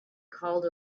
called